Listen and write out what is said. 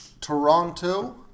Toronto